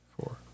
four